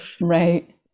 Right